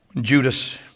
Judas